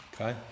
Okay